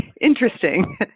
interesting